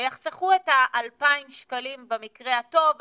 הם יחסכו את ה-2,000 שקלים במקרה הטוב,